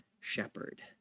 shepherd